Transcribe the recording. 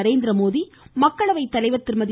நரேந்திரமோடி மக்களவை தலைவர் திருமதி